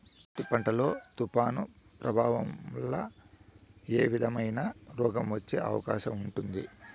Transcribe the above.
పత్తి పంట లో, తుఫాను ప్రభావం వల్ల ఏ విధమైన రోగం వచ్చే అవకాశం ఉంటుంది?